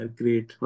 great